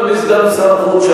אדוני סגן שר החוץ,